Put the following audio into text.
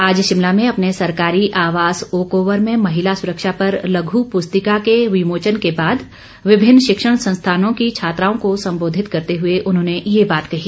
आज शिमला में अपने सरकारी आवास ओक ओवर में महिला सुरक्षा पर लघु पुस्तिका के विमोचन के बाद विभिन्न शिक्षण संस्थानों की छात्राओं को संबोधित करते हुए उन्होंने ये बात कही